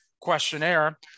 questionnaire